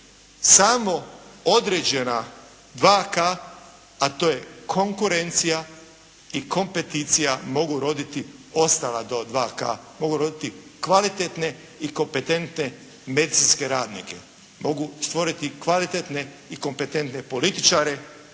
Samo određena dva K, a to je konkurencija i kompeticija mogu roditi ostala dva K, mogu roditi kvalitetne i kompetentne medicinske radnike. Mogu stvoriti kvalitetne i kompetentne političare,